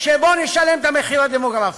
שבו נשלם את המחיר הדמוגרפי.